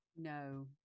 No